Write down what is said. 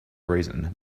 reason